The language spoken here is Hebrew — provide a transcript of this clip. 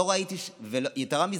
יתרה מזו,